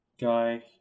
guy